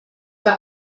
bei